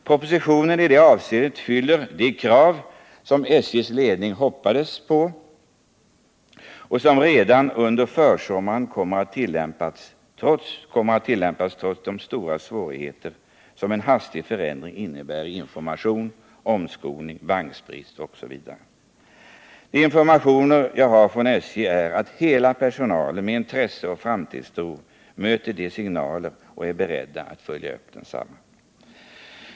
Propositionen motsvarar i det avseendet vad SJ:s ledning hoppades på, och redan under försommaren kommer de nya reglerna att tillämpas trots de stora svårigheter som en hastig förändring innebär i fråga om information, omskolning, vagnbrist osv. Enligt de informationer jag har från SJ möter hela personalen med intresse och framtidstro dessa signaler och är beredd att följa upp dem.